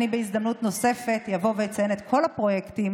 אני בהזדמנות נוספת אבוא ואציין את כל הפרויקטים